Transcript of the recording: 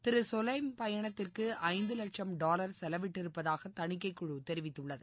திரு சொலைம் பயணத்திற்கு ஐந்து வட்சம் டாவர் செலவிட்டிருப்பதாக தணிக்கைக் குழு தெரிவித்துள்ளது